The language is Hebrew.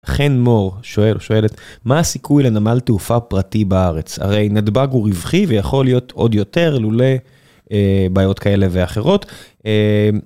חן מור שואל שואלת מה הסיכוי לנמל תעופה פרטי בארץ הרי נתב״ג הוא רווחי ויכול להיות עוד יותר לולא בעיות כאלה ואחרות.